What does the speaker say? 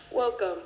Welcome